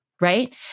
Right